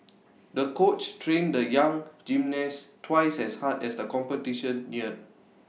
the coach trained the young gymnast twice as hard as the competition neared